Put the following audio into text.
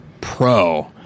pro